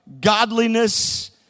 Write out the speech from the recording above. godliness